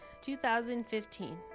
2015